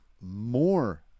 more